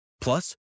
Plus